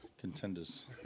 contenders